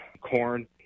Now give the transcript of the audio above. corn